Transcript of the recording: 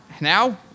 now